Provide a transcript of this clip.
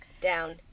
down